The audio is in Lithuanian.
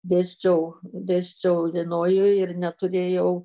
dėsčiau dėsčiau ilinojuj ir neturėjau